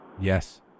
Yes